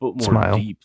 smile